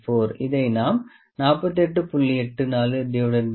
84 இதை நாம் 48